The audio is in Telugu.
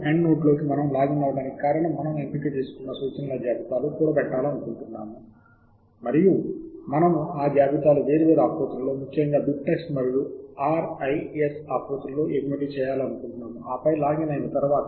కాబట్టి మనము కీవర్డ్ ఆధారిత శోధనను ఉపయోగించి శోధించే ప్రదర్శనను చూపించబోతున్నాము మరియు మనము వెబ్ ఆఫ్ సైన్సు లోని ఇతర మాడ్యూల్లో మనం చూసినట్లుగా అదే కీవర్డ్ను ఇక్కడ ఉపయోగించబోతున్నాం